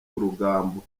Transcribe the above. rugambo